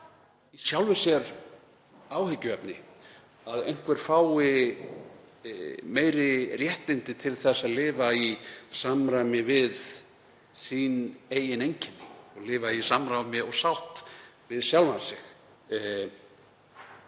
sjálfu sér áhyggjuefni að einhver fái meiri réttindi til þess að lifa í samræmi við sín eigin einkenni og lifa í samræmi og sátt við sjálfan sig.